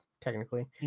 technically